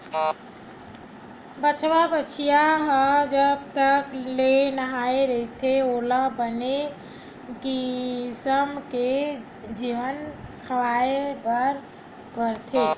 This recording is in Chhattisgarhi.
बछवा, बछिया ह जब तक ले नान्हे होथे ओला बने किसम के जेवन खवाए बर परथे